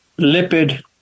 lipid